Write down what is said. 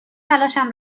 تلاشم